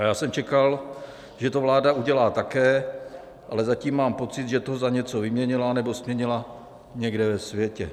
Já jsem čekal, že to vláda udělá také, ale zatím mám pocit, že to za něco vyměnila, nebo směnila někde ve světě.